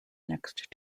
next